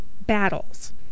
battles